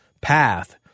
path